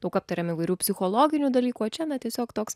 daug aptarėm įvairių psichologinių dalykų o čia na tiesiog toks